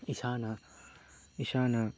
ꯏꯁꯥꯅ ꯏꯁꯥꯅ